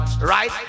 right